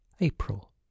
april